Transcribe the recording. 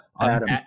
Adam